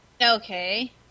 Okay